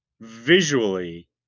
visually